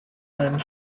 and